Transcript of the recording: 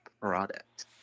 product